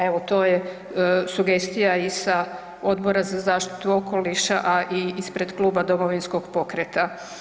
Evo, to je sugestija i sa Odbora sa zaštitu okoliša, a i ispred Kluba Domovinskog pokreta.